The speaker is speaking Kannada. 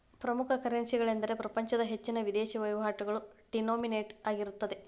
ಪ್ರಮುಖ ಕರೆನ್ಸಿಗಳೆಂದರೆ ಪ್ರಪಂಚದ ಹೆಚ್ಚಿನ ವಿದೇಶಿ ವಹಿವಾಟುಗಳು ಡಿನೋಮಿನೇಟ್ ಆಗಿರುತ್ತವೆ